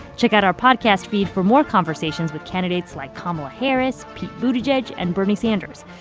check out our podcast feed for more conversations with candidates like kamala harris, pete buttigieg and bernie sanders.